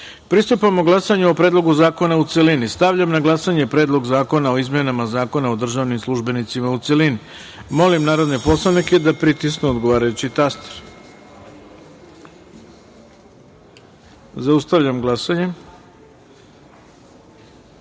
glasanju o Predlogu zakona u celini. Stavljam na glasanje Predlog zakona o izmenama Zakona o državnim službenicima u celini. Molim narodne poslanike da pritisnu odgovarajući taster. Zaustavljam glasanje: